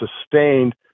sustained